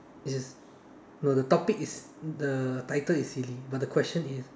is no the topic is the title is silly but the question is